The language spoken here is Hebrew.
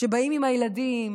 שבאים עם הילדים,